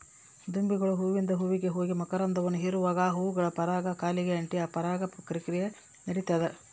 ದುಂಬಿಗಳು ಹೂವಿಂದ ಹೂವಿಗೆ ಹೋಗಿ ಮಕರಂದವನ್ನು ಹೀರುವಾಗೆ ಆ ಹೂಗಳ ಪರಾಗ ಕಾಲಿಗೆ ಅಂಟಿ ಪರಾಗ ಕ್ರಿಯೆ ನಡಿತದ